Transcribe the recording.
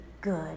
good